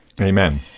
Amen